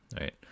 Right